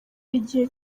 igihe